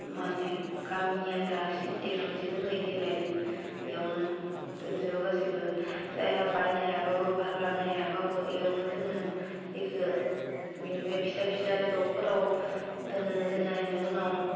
माने गामिनि आनथा सिनटेक्स मोनसे दंखायो दै लायनो बेयावनो दोनजोबो गासिबो जायहा बायनो हायाबाबो भारा होनो हायाबो इयावनो दोनो बिखो बेनिफ्राय फिसा फिसा जगफोराव दोनो दोननायनि उनाव